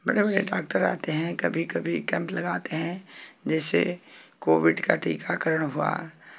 बड़े बड़े डॉक्टर आते हैं कभी कभी कैंप लगाते हैं जैसे कोविड का टीकाकरण हुआ